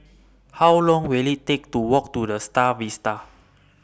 How Long Will IT Take to Walk to The STAR Vista